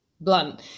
blunt